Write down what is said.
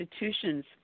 institutions